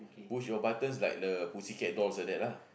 push your buttons like the Pussycat dolls like that lah